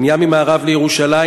בנייה ממערב לירושלים,